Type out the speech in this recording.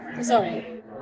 Sorry